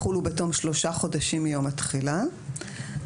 "יחולו בתום שלושה חודשים מיום התחילה; (2)